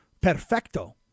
perfecto